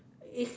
it's